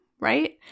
right